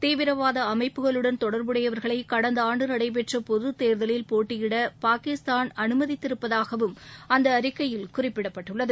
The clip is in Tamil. தீவிரவாத அமைப்புகளுடன் தொடர்புடையவர்களை கடந்த ஆண்டு நடைபெற்ற பொதுத் தேர்தலில் போட்டியிட பாகிஸ்தான் அனுமதித்திருப்பதாகவும் அந்த அறிக்கையில் குறிப்பிடப்பட்டுள்ளது